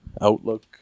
Outlook